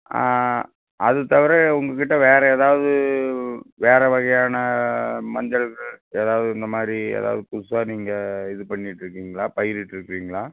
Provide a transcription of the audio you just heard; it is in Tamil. அது தவிர உங்கள் கிட்டே வேறு எதாவது வேறு வகையான மஞ்சள் எதாவது இந்த மாதிரி எதாவது புதுசாக நீங்கள் இது பண்ணிகிட்ருக்கீங்களா பயிரிகிட்ருக்கீங்களா